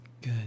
good